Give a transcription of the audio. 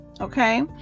Okay